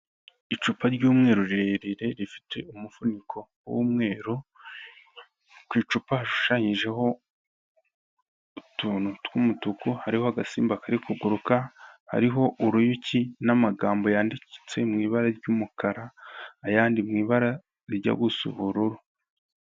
Icupa ry'umweru rirerire rifite umuvuniko w'umweru, ku icupa hashushanyijeho utuntu tw'umutuku, hariho agasimba kari kuguruka, hariho uruyuki n'amagambo yanditse mu ibara ry'umukara ayandi mu ibara rijya gusa ubururu.